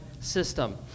system